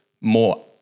more